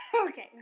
Okay